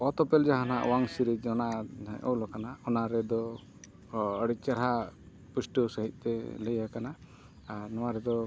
ᱚᱛ ᱩᱯᱮᱞ ᱡᱟᱦᱟᱱᱟᱜ ᱚᱣᱟᱝ ᱥᱤᱨᱤᱡᱽ ᱚᱱᱟ ᱚᱞ ᱟᱠᱟᱱᱟ ᱚᱱᱟ ᱨᱮᱫᱚ ᱦᱚᱸ ᱟᱹᱰᱤ ᱪᱮᱨᱦᱟ ᱯᱩᱥᱴᱟᱹᱣ ᱥᱟᱺᱦᱤᱡ ᱛᱮ ᱞᱟᱹᱭ ᱟᱠᱟᱱᱟ ᱟᱨ ᱱᱚᱣᱟ ᱨᱮᱫᱚ